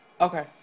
Okay